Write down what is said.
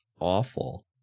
awful